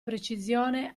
precisione